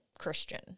Christian